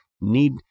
need